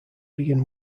begin